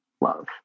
love